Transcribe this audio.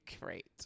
great